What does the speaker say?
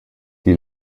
die